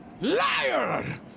Liar